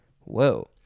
Whoa